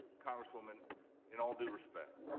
congressman in all due respect.